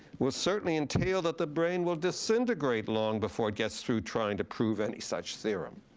will certainly entail that the brain will disintegrate long before it gets through trying to prove any such theorem.